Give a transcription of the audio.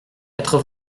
quatre